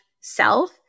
self